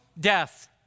death